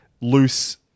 loose